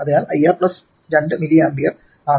അതിനാൽ IR 2 മില്ലിആമ്പുകൾ 2mA ആണ്